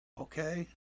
okay